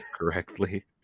correctly